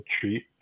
treat